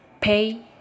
pay